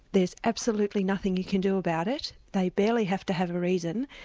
there's absolutely nothing you can do about it. they barely have to have a reason,